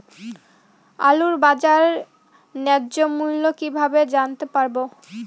আলুর বাজার ন্যায্য মূল্য কিভাবে জানতে পারবো?